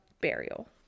burial